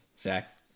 Zach